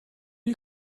you